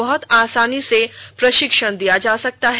बहुत आसानी से प्रशिक्षण दिया जा सकता है